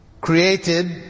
created